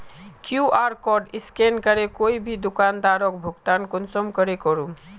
QR code scan करे कोई भी दुकानदारोक भुगतान कुंसम करे करूम?